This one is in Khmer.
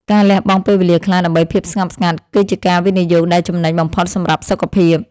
ការលះបង់ពេលវេលាខ្លះដើម្បីភាពស្ងប់ស្ងាត់គឺជាការវិនិយោគដែលចំណេញបំផុតសម្រាប់សុខភាព។